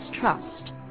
Trust